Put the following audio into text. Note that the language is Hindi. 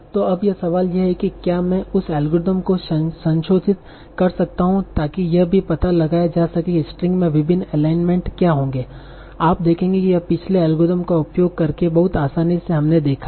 तो अब सवाल यह है कि क्या मैं उसी एल्गोरिदम को संशोधित कर सकता हूं ताकि यह भी पता लगाया जा सके कि स्ट्रिंग में विभिन्न एलाइनमेंटसक्या होंगे आप देखेंगे कि यह पिछले एल्गोरिथम का उपयोग करके बहुत आसानी से हमने देखा है